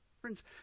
Friends